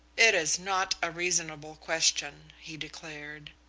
it is not a reasonable question, he declared.